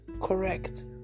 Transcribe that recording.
correct